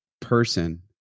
person